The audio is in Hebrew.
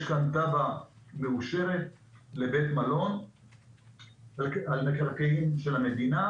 יש כאן תב"ע מאושרת לבית מלון על מקרקעין של המדינה,